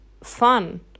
fun